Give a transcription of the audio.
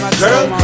girl